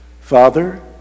Father